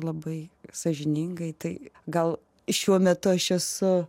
labai sąžiningai tai gal šiuo metu aš esu